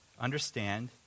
understand